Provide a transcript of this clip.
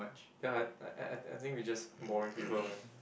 ya I I I think we're just boring people man